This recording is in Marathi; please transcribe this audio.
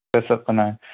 तसं पण आहे